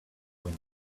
wind